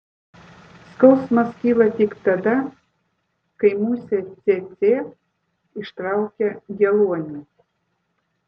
skausmas kyla tik tada kai musė cėcė ištraukia geluonį